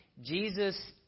Jesus